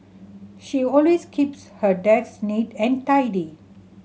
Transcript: she always keeps her desk neat and tidy